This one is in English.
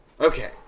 okay